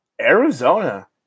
Arizona